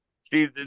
See